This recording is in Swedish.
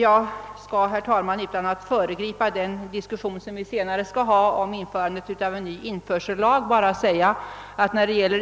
Jag skall, herr talman, utan att föregripa den diskussion som vi senare skall föra om införandet av en ny införsellag, säga att när det gäller